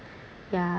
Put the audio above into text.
yeah